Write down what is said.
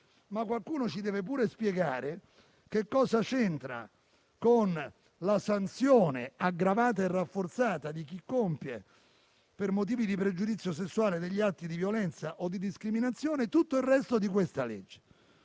Qualcuno ci deve pure spiegare cosa c'entra con la sanzione aggravata e rafforzata di chi compie per motivi di pregiudizio sessuale degli atti di violenza o di discriminazione tutto il resto della legge.